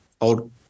old